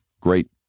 great